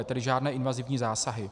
Tedy žádné invazivní zásahy.